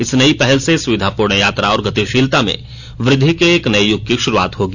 इस नई पहल से सुविधापूर्ण यात्रा और गतिशीलता में वृद्धि के नए यूग की शुरुआत होगी